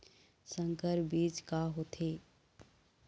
संकर बीज का होथे?